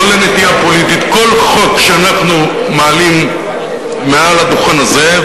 לא לנטייה פוליטית: כל חוק שאנחנו מעלים מהדוכן הזה,